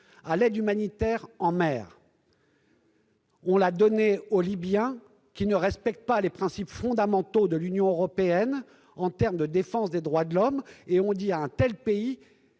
! L'aide humanitaire en mer a été confiée aux Libyens, qui ne respectent pas les principes fondamentaux de l'Union européenne en matière de droits de l'homme. Et on dit à un tel pays